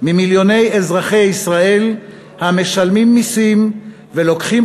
ממיליוני אזרחי ישראל המשלמים מסים ולוקחים